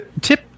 Tip